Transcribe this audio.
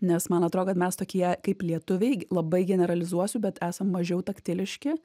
nes man atrodo kad mes tokie kaip lietuviai labai generalizuosiu bet esam mažiau taktiški